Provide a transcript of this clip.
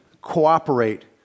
cooperate